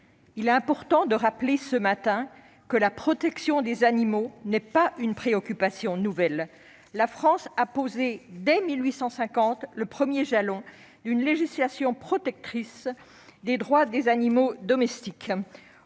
il est important de rappeler ce matin que la protection des animaux n'est pas une préoccupation nouvelle. La France a posé dès 1850 le premier jalon d'une législation protectrice des droits des animaux domestiques